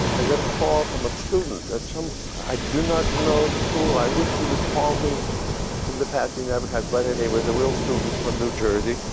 i got a call from a student at some i do not know the school. i wish he would call me for the past he never has. but anyway, and he was a real student from new jersey.